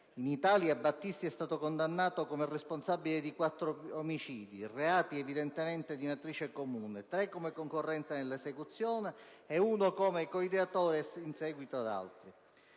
In Italia Cesare Battisti è stato condannato come responsabile di quattro omicidi, reati evidentemente di matrice comune: tre come concorrente nell'esecuzione, uno come coideatore ed eseguito da altri.